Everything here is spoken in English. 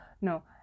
no